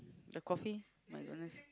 the coffee my-goodness